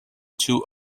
two